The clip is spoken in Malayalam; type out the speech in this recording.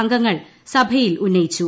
അംഗങ്ങൾ സഭയിൽ ഉന്നയിച്ചു